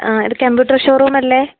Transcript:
ആ ഇത് computer showroom അല്ലേ